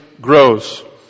grows